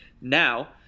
Now